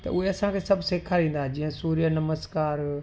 त उहे असांखे सभु सेखारींदा आहे जीअं सूर्य नमस्कार